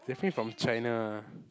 definitely from China ah